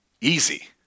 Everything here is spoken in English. easy